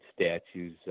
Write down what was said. statues